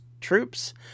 troops